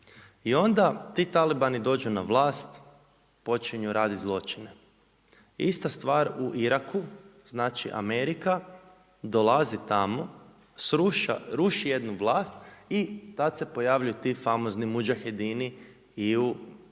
I onda ti talibani dođu na vlast, počinju radit zločine. Ista stvar u Iraku, znači Amerika dolazi tamo, ruši jednu vlast i tad se pojavljuju ti famozni muđahedini i u Iraku